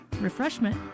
refreshment